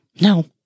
No